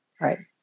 Right